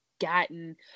gotten